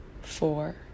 four